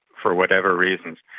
for whatever reasons.